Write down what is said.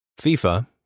FIFA